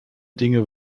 dinge